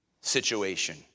situation